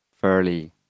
fairly